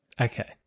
Okay